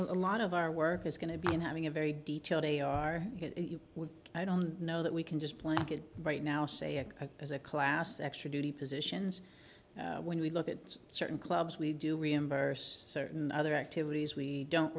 a lot of our work is going to be in having a very detailed a are we i don't know that we can just plug in right now say a as a class extra duty positions when we look at certain clubs we do reimburse certain other activities we don't